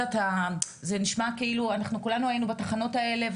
זה נשמע כאילו אנחנו כולנו היינו בתחנות האלה,